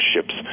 ships